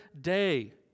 day